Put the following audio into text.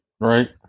Right